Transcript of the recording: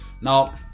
Now